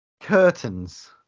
Curtains